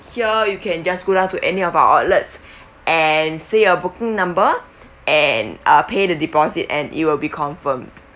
here you can just go down to any of our outlets and say your booking number and uh pay the deposit and you will be confirmed